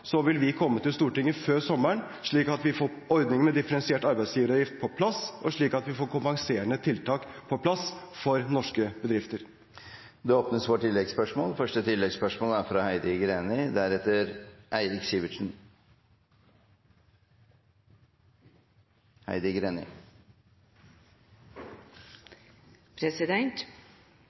vil vi komme til Stortinget – før sommeren – slik at vi får ordningen med differensiert arbeidsgiveravgift på plass, og slik at vi får kompenserende tiltak på plass for norske bedrifter. Det åpnes for oppfølgingsspørsmål – først Heidi Greni.